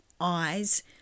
eyes